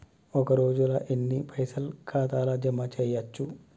ఒక రోజుల ఎన్ని పైసల్ ఖాతా ల జమ చేయచ్చు?